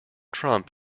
trump